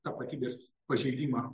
tapatybės pažeidimą